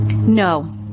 No